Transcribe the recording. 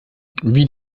wie